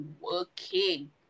working